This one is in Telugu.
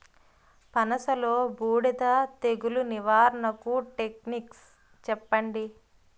పనస లో బూడిద తెగులు నివారణకు టెక్నిక్స్ చెప్పండి?